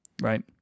right